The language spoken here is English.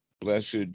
blessed